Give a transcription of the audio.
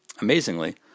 Amazingly